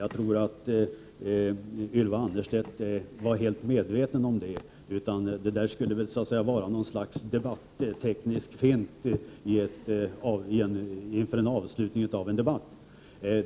Jag tror att Ylva Annerstedt var helt medveten om det, och hennes ord skulle väl vara någon sorts debatteknisk fint inför avslutningen av debatten.